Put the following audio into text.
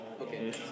Okay